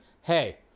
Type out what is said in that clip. hey